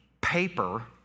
paper